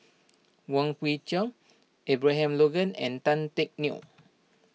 Wong Kwei Cheong Abraham Logan and Tan Teck Neo